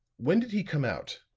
when did he come out?